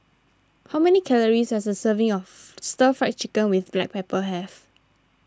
how many calories does a serving of Stir Fried Chicken with Black Pepper have